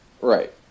Right